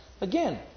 again